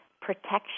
protection